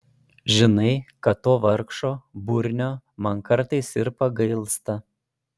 žinai kad to vargšo burnio man kartais ir pagailsta